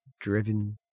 driven